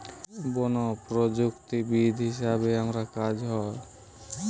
বন প্রযুক্তিবিদ হিসাবে আমার কাজ হ